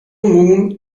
moon